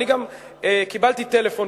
אני גם קיבלתי טלפון,